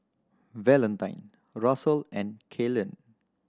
Valentine Russel and Kaylen